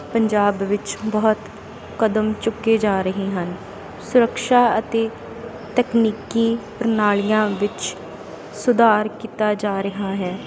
ਪੰਜਾਬ ਵਿੱਚ ਬਹੁਤ ਕਦਮ ਚੁੱਕੇ ਜਾ ਰਹੇ ਹਨ ਸੁਰਕਸ਼ਾ ਅਤੇ ਤਕਨੀਕੀ ਪ੍ਰਣਾਲੀਆਂ ਵਿੱਚ ਸੁਧਾਰ ਕੀਤਾ ਜਾ ਰਿਹਾ ਹੈ